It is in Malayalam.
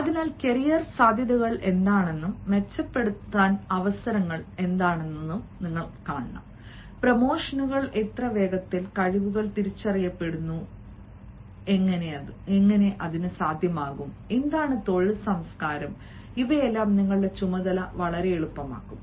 അതിനാൽ കരിയർ സാധ്യതകൾ എന്താണെന്നും മെച്ചപ്പെടുത്തൽ അവസരങ്ങൾ എന്താണെന്നും കാണണം പ്രമോഷനുകൾ എത്ര വേഗത്തിൽ കഴിവുകൾ തിരിച്ചറിയപ്പെടുന്നു എന്താണ് തൊഴിൽ സംസ്കാരം ഇവയെല്ലാം നിങ്ങളുടെ ചുമതല എളുപ്പമാക്കും